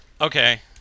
Okay